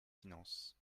finances